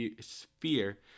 sphere